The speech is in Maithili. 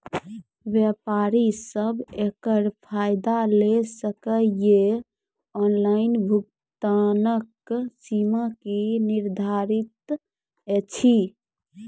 व्यापारी सब एकरऽ फायदा ले सकै ये? ऑनलाइन भुगतानक सीमा की निर्धारित ऐछि?